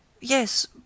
Yes